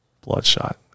bloodshot